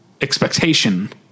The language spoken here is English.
expectation